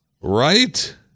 Right